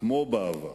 כמו בעבר.